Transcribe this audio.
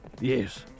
Yes